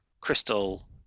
crystal